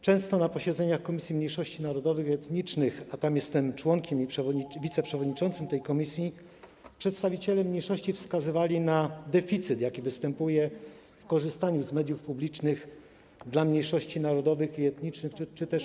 Często na posiedzeniach Komisji Mniejszości Narodowych i Etnicznych - a jestem członkiem i wiceprzewodniczącym tej komisji - przedstawiciele mniejszości wskazywali na deficyt, jaki występuje w korzystaniu z mediów publicznych przez mniejszości narodowe i etniczne.